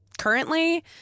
currently